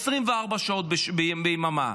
24 שעות ביממה.